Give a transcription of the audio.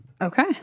okay